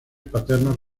paternos